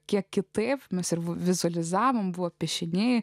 kiek kitaip mes ir vizualizavome buvo piešiniai